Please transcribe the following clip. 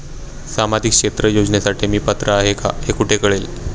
सामाजिक क्षेत्र योजनेसाठी मी पात्र आहे का हे कुठे कळेल?